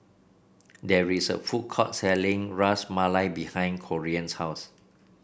there is a food court selling Ras Malai behind Corean's house